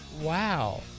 Wow